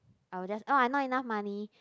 I will just oh I not enough money